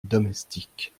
domestique